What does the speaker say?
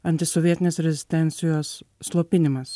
antisovietinės rezistencijos slopinimas